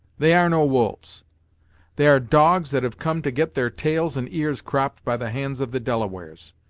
they are no wolves they are dogs that have come to get their tails and ears cropped by the hands of the delawares.